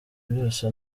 byose